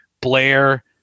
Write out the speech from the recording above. Blair